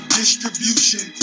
distribution